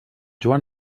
joan